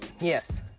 yes